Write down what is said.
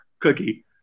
cookie